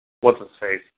what's-his-face